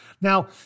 Now